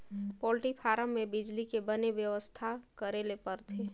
poultry farm में बिजली के बने बेवस्था करे ले परथे